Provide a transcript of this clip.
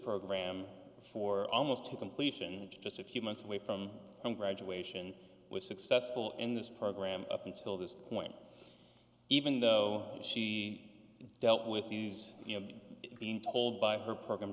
program for almost to completion just a few months away from home graduation which successful in this program up until this point even though she dealt with these being told by her program